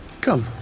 Come